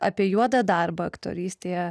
apie juodą darbą aktorystėje